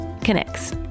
connects